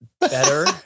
better